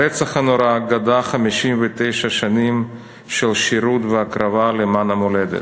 הרצח הנורא גדע 59 שנים של שירות והקרבה למען המולדת.